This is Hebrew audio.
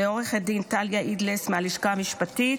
לעו"ד טליה אידלס מהלשכה המשפטית,